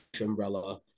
umbrella